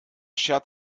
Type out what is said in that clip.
schert